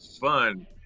fun